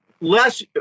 less